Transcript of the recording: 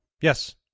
Yes